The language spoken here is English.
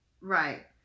Right